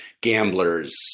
gamblers